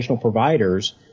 providers